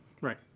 Right